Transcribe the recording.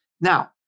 Now